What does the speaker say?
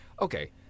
okay